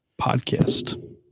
podcast